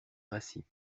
rassis